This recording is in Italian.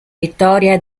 vittoria